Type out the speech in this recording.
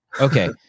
Okay